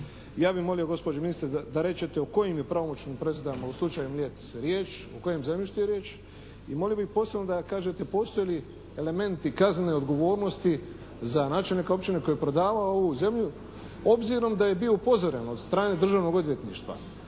ja bih molio gospođu ministar da rečete u kojim je pravomoćnim presudama u slučaju Mljet riječ? O kojem zemljištu je riječ? I molio bih posebno da nam kažete postoje li elementi kaznene odgovornosti za načelnika općine koji je prodavao ovu zemlju obzirom da je bio upozoren od strane Državnog odvjetništva